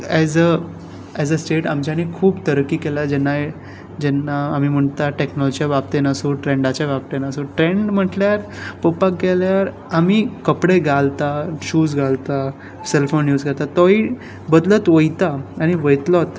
as a as a state आमच्यांनी खूब तरक्की केल्या जेन्ना जेन्ना आमी म्हणटा टॅकनोलॉजीच्या बाबतीन आसूं ट्रेंडाच्या बाबतीन आसूं ट्रेंड म्हणल्यार पळोवपाक गेल्यार आमी कपडे घालता शूज घालता सॅल फोन यूज करता तोवूय बदलत वयता आनी वयतलोच